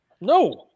No